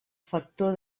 factor